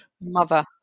mother